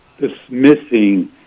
dismissing